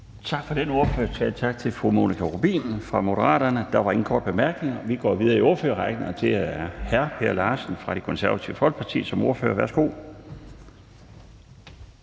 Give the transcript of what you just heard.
Tak for den ordførertale. Tak til fru Monika Rubin fra Moderaterne. Der var ingen korte bemærkninger. Vi går videre i ordførerrækken, og det er hr. Per Larsen fra Det Konservative Folkeparti som ordfører. Værsgo.